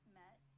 met